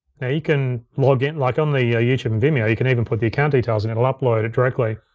now you can login, like on the ah youtube and vimeo, you can even put the account details in. it'll upload it directly,